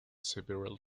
several